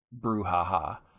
brouhaha